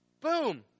boom